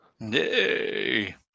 Yay